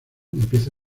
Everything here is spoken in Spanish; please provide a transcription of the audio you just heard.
empieza